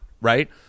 right